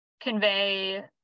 convey